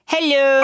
Hello